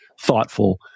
thoughtful